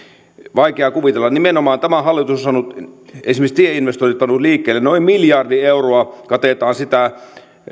vaikea kuvitella nimenomaan tämä hallitus on esimerkiksi tieinvestoinnit pannut liikkeelle noin miljardi euroa katetaan sitä